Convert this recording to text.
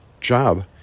job